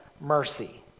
mercy